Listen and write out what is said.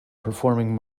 performing